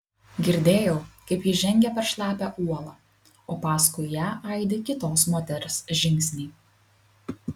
girdėjau kaip ji žengia per šlapią uolą o paskui ją aidi kitos moters žingsniai